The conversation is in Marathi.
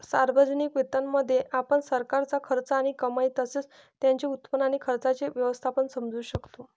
सार्वजनिक वित्तामध्ये, आपण सरकारचा खर्च आणि कमाई तसेच त्याचे उत्पन्न आणि खर्चाचे व्यवस्थापन समजू शकतो